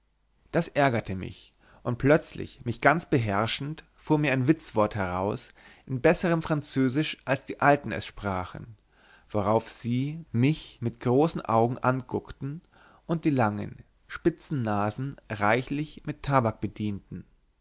das ärgerte mich und plötzlich mich ganz beherrschend fuhr mir ein witzwort heraus in besserem französisch als die alten es sprachen worauf sie mich mit großen augen anguckten und die langen spitzen nasen reichlich mit tabak bedienten